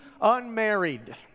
unmarried